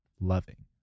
loving